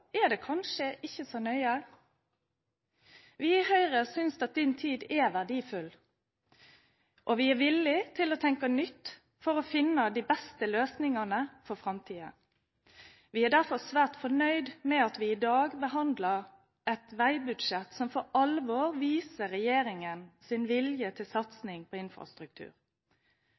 er det kanskje ikke så nøye? Vi i Høyre synes at din tid er verdifull, og vi er villige til å tenke nytt for å finne de beste løsningene for framtiden. Vi er derfor svært fornøyd med at vi i dag behandler et veibudsjett som for alvor viser regjeringens vilje til satsing på infrastruktur.